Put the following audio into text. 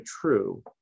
true